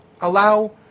allow